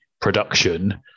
production